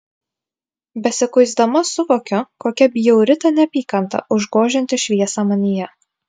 besikuisdama suvokiu kokia bjauri ta neapykanta užgožianti šviesą manyje